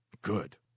Good